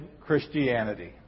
Christianity